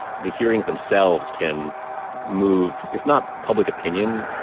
the hearings themselves can move, if not public opinion,